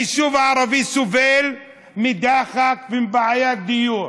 היישוב הערבי סובל מדחק ומבעיית דיור.